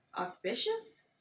auspicious